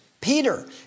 Peter